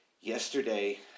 Yesterday